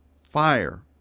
fire